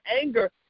anger